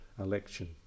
election